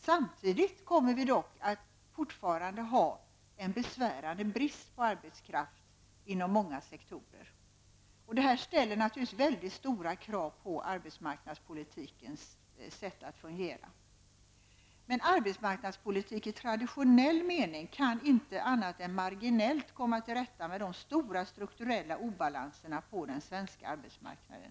Samtidigt kommer vi också i fortsättningen att ha en besvärande brist på arbetskraft inom många sektorer. Detta ställer mycket stora krav på arbetsmarknadspolitiken. Men när det gäller arbetsmarknadspolitik i traditionell mening kan man endast marginellt komma till rätta med de stora strukturella obalanserna på den svenska arbetsmarknaden.